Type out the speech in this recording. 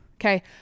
Okay